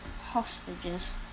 hostages